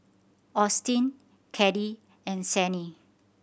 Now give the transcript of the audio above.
Austyn Caddie and Sannie